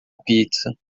pizza